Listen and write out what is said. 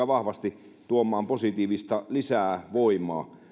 vahvasti tuomaan positiivista lisävoimaa